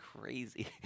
crazy